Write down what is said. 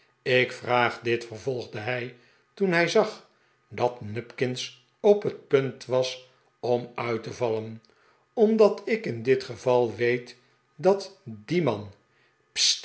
ik vra'ag dit vervolgde hij toen hij zag dat nupkins op het punt was om uit te vallen omdat ik in dit geval weet dat die man